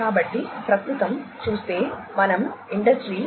కాబట్టి ప్రస్తుతం చూస్తే మనం ఇండస్ట్రీ 4